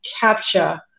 capture